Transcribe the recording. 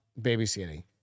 babysitting